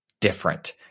different